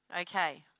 Okay